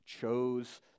chose